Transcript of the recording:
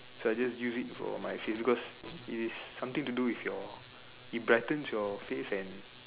so I just use it for my face because it's something to do with your it brightens your face and